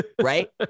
Right